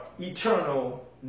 eternal